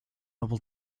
able